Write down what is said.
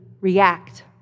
react